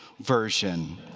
version